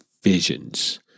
visions